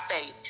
faith